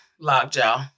Lockjaw